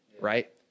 right